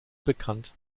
bekannt